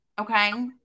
Okay